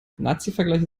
nazivergleiche